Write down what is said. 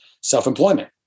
self-employment